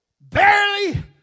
barely